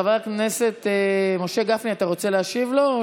חבר הכנסת משה גפני, אתה רוצה להשיב לו?